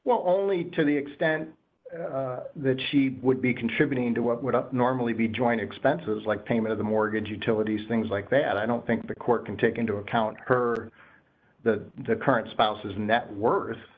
well only to the extent that she would be contributing to what would i normally be joining expenses like payment of the mortgage utilities things like that i don't think the court can take into account her that the current